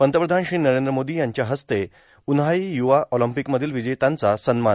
पंतप्रधान श्री नरेंद्र मोदी यांच्या हस्ते उन्हाळी युवा ऑलम्पिकमधील विजेत्यांचा सन्मान